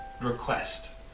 request